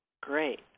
great